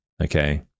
okay